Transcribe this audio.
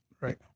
Right